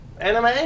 anime